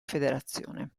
federazione